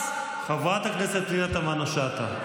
חברת הכנסת פנינה תמנו שטה,